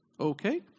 Okay